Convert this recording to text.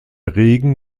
regen